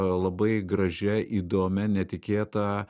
labai gražia įdomia netikėta